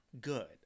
good